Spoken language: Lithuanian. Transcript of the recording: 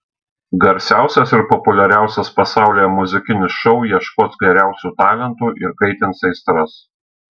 garsiausias ir populiariausias pasaulyje muzikinis šou ieškos geriausių talentų ir kaitins aistras